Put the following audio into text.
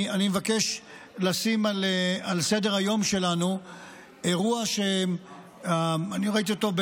אני מבקש לשים על סדר-היום שלנו אירוע שאני ראיתי אותו,